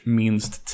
minst